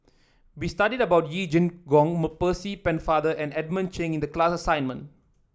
we studied about Yee Jenn Jong Mer Percy Pennefather and Edmund Chen in the class assignment